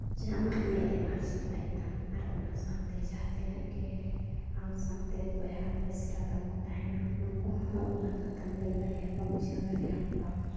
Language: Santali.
ᱡᱟᱦᱟᱸ ᱟᱢᱟᱜ ᱢᱮᱫ ᱮ ᱢᱟᱨᱥᱟᱞ ᱟᱭ ᱛᱟᱢ ᱟᱨ ᱚᱱᱟ ᱥᱟᱶᱛᱮ ᱡᱟᱦᱟᱸ ᱛᱤᱱᱟᱹᱜ ᱜᱮ ᱟᱢ ᱥᱟᱶᱛᱮ ᱵᱚᱭᱦᱟ ᱢᱤᱥᱨᱟ ᱛᱟᱢ ᱠᱚ ᱛᱟᱦᱮᱱᱟ ᱩᱱᱠᱩ ᱦᱚᱸ ᱚᱱᱟ ᱠᱟᱛᱷᱟᱢ ᱞᱟᱹᱭ ᱫᱟᱲᱮᱭᱟᱠᱚᱣᱟ ᱵᱩᱡᱷᱟᱹᱣ ᱫᱟᱲᱮᱭᱟᱠᱚᱣᱟ